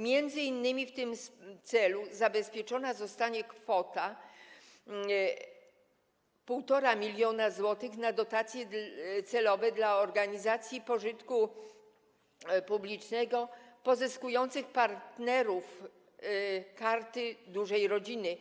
Między innymi w tym celu zabezpieczona zostanie kwota 1,5 mln zł na dotacje celowe dla organizacji pożytku publicznego pozyskujących partnerów Karty Dużej Rodziny,